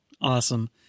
Awesome